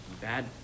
bad